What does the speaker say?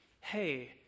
hey